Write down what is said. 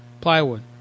plywood